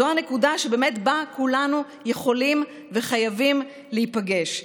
זו הנקודה שבאמת כולנו יכולים וחייבים להיפגש בה,